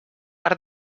art